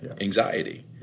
Anxiety